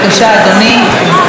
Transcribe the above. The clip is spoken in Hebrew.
חבר הכנסת יואל חסון.